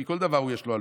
כי כל דבר יש לו עלויות.